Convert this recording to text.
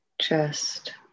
chest